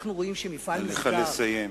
אנחנו רואים שמפעל נסגר,